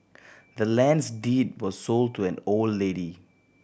the land's deed was sold to an old lady